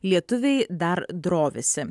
lietuviai dar drovisi